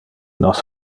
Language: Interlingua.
nos